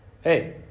Hey